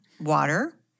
Water